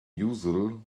usual